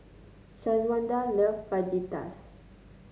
Shawanda loves Fajitas